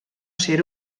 ser